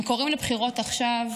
הם קוראים לבחירות עכשיו,